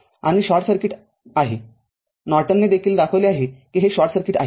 आणि हे short circuit आहे नॉर्टनने देखील दाखवले आहे कि हे शॉर्ट सर्किट आहे